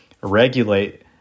regulate